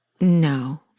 No